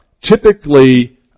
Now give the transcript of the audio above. typically